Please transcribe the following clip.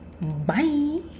Bye